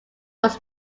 was